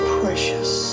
precious